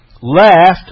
left